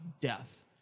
death